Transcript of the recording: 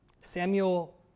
Samuel